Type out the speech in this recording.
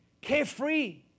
carefree